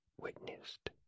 witnessed